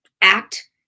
act